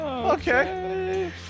Okay